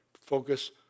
focus